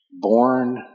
born